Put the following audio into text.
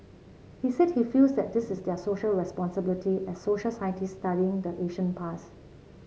he said he feels that this is their Social Responsibility as social scientists studying the ancient past